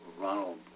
Ronald